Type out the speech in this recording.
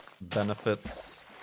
benefits